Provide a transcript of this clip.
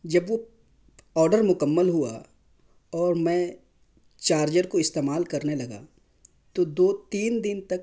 جب وہ آرڈر مکمل ہوا اور میں چارجر کو استعمال کرنے لگا تو دو تین دن تک